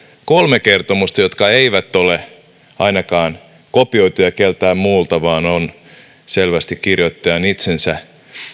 kolme kertomusta jotka eivät ole ainakaan kopioituja keltään muulta vaan ovat selvästi kirjoittajan itsensä